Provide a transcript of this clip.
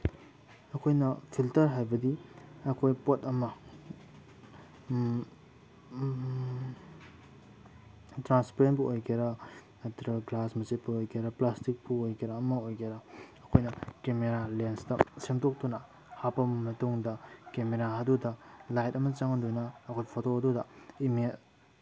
ꯑꯩꯈꯣꯏꯅ ꯐꯤꯜꯇꯔ ꯍꯥꯏꯕꯗꯤ ꯑꯩꯈꯣꯏ ꯄꯣꯠ ꯑꯃ ꯇ꯭ꯔꯥꯟꯁꯄꯔꯦꯟꯕꯨ ꯑꯣꯏꯒꯦꯔꯥ ꯅꯠꯇ꯭ꯔ ꯒ꯭ꯂꯥꯁ ꯃꯆꯦꯠꯄꯨ ꯑꯣꯏꯒꯦꯔꯥ ꯄ꯭ꯂꯥꯁꯇꯤꯛꯄꯨ ꯑꯣꯏꯒꯦꯔꯥ ꯑꯃ ꯑꯣꯏꯒꯦꯔꯥ ꯑꯩꯈꯣꯏꯅ ꯀꯦꯃꯦꯔꯥ ꯂꯦꯟꯁꯇ ꯁꯦꯝꯇꯣꯛꯇꯨꯅ ꯍꯥꯞꯄꯕ ꯃꯇꯨꯡꯗ ꯀꯦꯃꯦꯔꯥ ꯑꯗꯨꯗ ꯂꯥꯏꯠ ꯑꯃ ꯆꯪꯍꯟꯗꯨꯅ ꯑꯩꯈꯣꯏ ꯐꯣꯇꯣꯗꯨꯗ